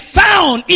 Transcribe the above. found